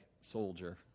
soldier